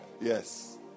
Yes